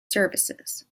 services